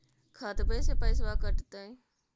खतबे से पैसबा कटतय?